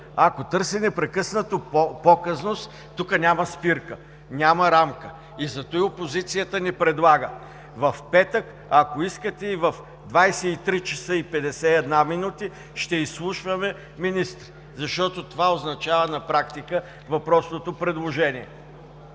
ако търси непрекъснато показност, тук няма спирка, няма рамка и затова опозицията ни предлага в петък, ако искате и в 23,51 часа ще изслушваме министри, защото на практика това означава въпросното предложение.